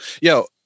Yo